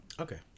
Okay